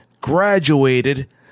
graduated